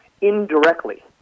indirectly